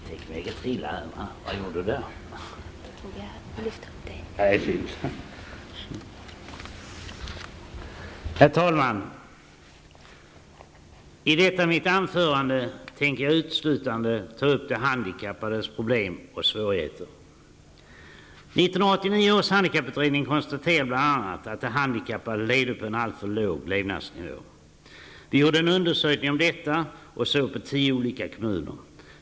Herr talman! I detta mitt anförande tänker jag uteslutande ta upp de handikappades problem och svårigheter. 1989 års handikapputredning konstaterade bl.a. att de handikappade levde på en alltför låg levnadsnivå. Vi gjorde en undersökning av detta och såg på tio olika kommuner.